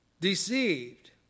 deceived